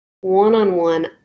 One-on-one